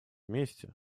вместе